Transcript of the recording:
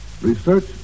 research